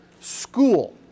school